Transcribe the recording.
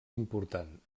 important